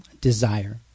desire